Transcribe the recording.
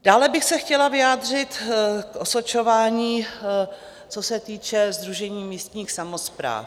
Dále bych se chtěla vyjádřit k osočování, co se týče Sdružení místních samospráv.